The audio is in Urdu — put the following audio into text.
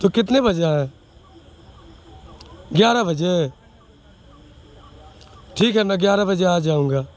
تو کتنے بجے آئیں گیارہ بجے ٹھیک ہے میں گیارہ بجے آ جاؤ گا